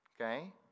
Okay